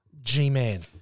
G-Man